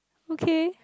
okay